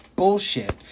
bullshit